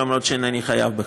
למרות שאינני חייב בכך.